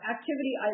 Activity